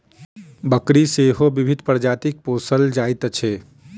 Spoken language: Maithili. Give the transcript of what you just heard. बकरी सेहो विभिन्न प्रजातिक पोसल जाइत छै